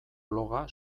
bloga